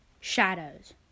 Shadows